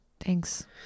Thanks